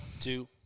two